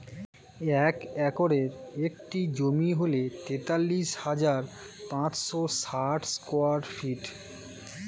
এক একরের একটি জমি হল তেতাল্লিশ হাজার পাঁচশ ষাট স্কয়ার ফিট